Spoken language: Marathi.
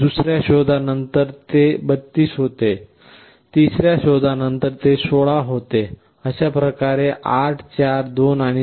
दुसर्या शोधानंतर ते 32 होते दुसर्या शोधा नंतर ते 16 होते अशाप्रकारे 8 4 2 आणि 1